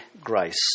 grace